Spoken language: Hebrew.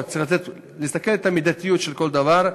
צריך להסתכל על המידתיות של כל דבר,